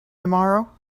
tomorrow